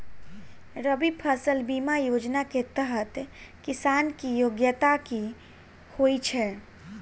रबी फसल बीमा योजना केँ तहत किसान की योग्यता की होइ छै?